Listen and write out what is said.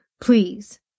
Please